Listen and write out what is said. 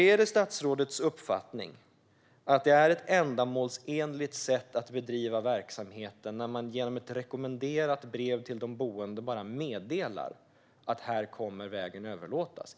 Är det statsrådets uppfattning att det är ett ändamålsenligt sätt att bedriva verksamheten när man genom ett rekommenderat brev till de boende bara meddelar att vägen kommer att överlåtas?